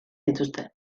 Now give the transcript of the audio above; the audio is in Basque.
dituzte